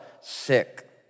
sick